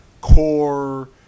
core